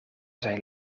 zijn